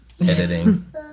editing